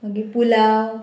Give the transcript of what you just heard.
मागीर पुलाव